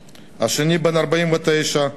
והשני, בן 49,